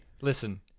listen